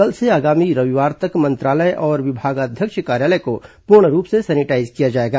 कल से आगामी रविवार तक मंत्रालय और विभागाध्यक्ष कार्यालय को पूर्ण रूप से सैनिटाईज किया जाएगा